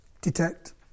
detect